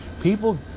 people